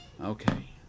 Okay